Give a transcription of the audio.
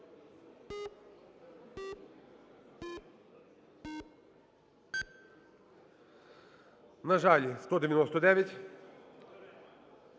На жаль, 199.